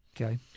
Okay